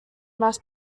mass